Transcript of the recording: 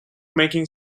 making